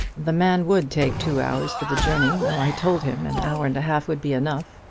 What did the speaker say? the man would take two hours for the journey, though i told him an hour and a half would be enough,